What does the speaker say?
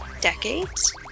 decades